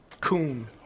coon